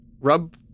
rub